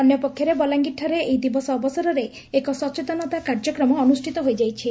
ଅନ୍ୟପକ୍ଷରେ ବଲାଙ୍ଗୀରଠାରେ ଏହି ଦିବସ ଅବସରେ ଏକ ସଚେତନତା କାର୍ଯ୍ୟକ୍ମ ଅନୁଷ୍ଠିତ ହୋଇଯାଇଛି